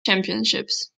championships